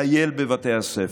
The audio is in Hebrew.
טייל בבתי הספר.